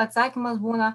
atsakymas būna